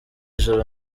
joro